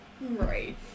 right